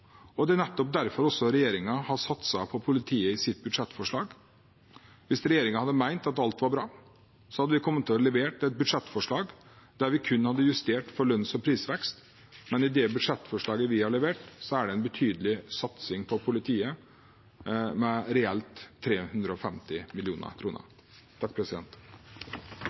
og det er nettopp derfor regjeringen har satset på politiet i sitt budsjettforslag. Hvis regjeringen hadde ment at alt var bra, hadde vi kommet til å levere et budsjettforslag der vi kun hadde justert for lønns- og prisvekst, men i det budsjettforslaget vi har levert, er det en betydelig satsing på politiet – reelt sett med 350